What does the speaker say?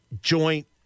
joint